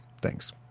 thanks